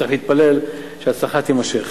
צריך להתפלל שההצלחה תימשך.